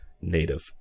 native